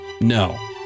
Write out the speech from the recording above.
No